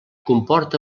comporta